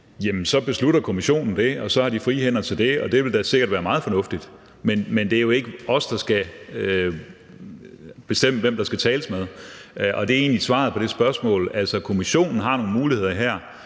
så beslutter kommissionen det, og så har den frie hænder til det, og det ville da sikkert være meget fornuftigt. Men det er jo ikke os, der skal bestemme, hvem der skal tales med, og det er egentlig svaret på spørgsmålet. Altså, kommissionen har nogle muligheder her,